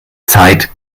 zeit